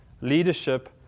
Leadership